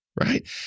right